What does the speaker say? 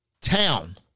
town